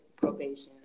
Probation